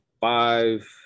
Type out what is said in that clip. five